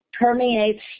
permeates